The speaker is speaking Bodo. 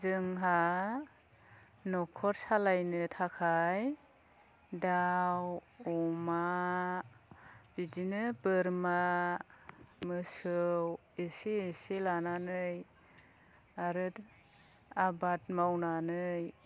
जोंहा नखर सालायनो थाखाय दाउ अमा बिदिनो बोरमा मोसौ एसे एसे लानानै आरो आबाद मावनानै